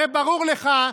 הרי ברור לך,